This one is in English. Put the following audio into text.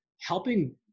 helping